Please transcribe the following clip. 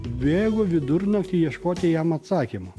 bėgu vidurnaktį ieškoti jam atsakymo